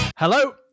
Hello